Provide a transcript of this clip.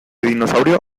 dinosaurio